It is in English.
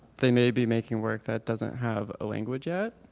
they may be making work that doesn't have a language yet,